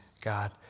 God